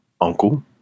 uncle